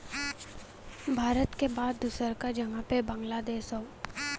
भारत के बाद दूसरका जगह पे बांग्लादेश हौ